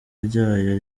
ryayo